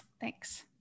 Thanks